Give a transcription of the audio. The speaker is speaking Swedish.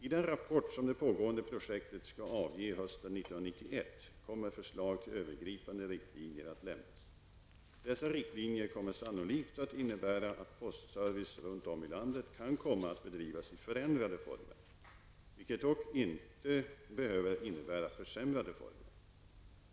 I den rapport som det pågående projektet skall avge hösten 1991 kommer förslag till övergripande riktlinjer att lämnas. Dessa riktlinjer kommer sannolikt att innebära att postservicen runt om i landet kan komma att bedrivas i förändrade former, vilket dock inte behöver innebära försämrade former.